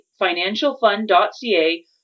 financialfund.ca